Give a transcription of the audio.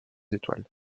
étoiles